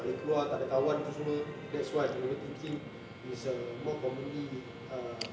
takleh keluar tak ada kawan tu semua that's what overthinking is a more commonly err